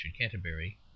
Canterbury